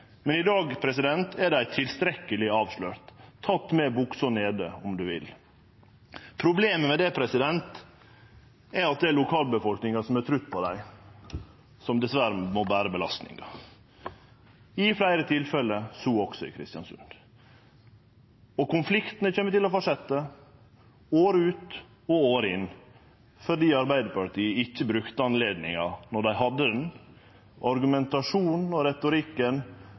Men i dag er dei tilstrekkeleg avslørte – tekne med buksa nede, om ein vil. Problemet med det er at det er lokalbefolkninga som har trudd på dei, som dessverre må bere belastninga – i fleire tilfelle, så også i Kristiansund. Konfliktane kjem til å fortsetje, år ut og år inn, fordi Arbeidarpartiet ikkje brukte anledninga når dei hadde ho. Argumentasjonen og retorikken